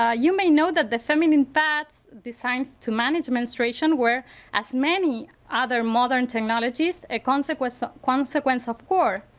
ah you may know that the feminine pads designed to manage menstruation were as many other modern technologies a consequence so consequence of war.